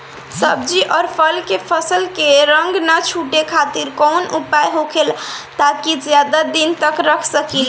सब्जी और फल के फसल के रंग न छुटे खातिर काउन उपाय होखेला ताकि ज्यादा दिन तक रख सकिले?